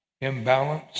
imbalance